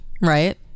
right